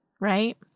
right